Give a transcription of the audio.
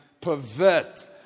pervert